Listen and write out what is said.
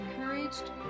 encouraged